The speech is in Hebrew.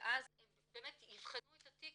ואז באמת יבחנו את התיק,